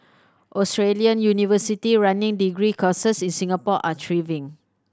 Australian university running degree courses in Singapore are thriving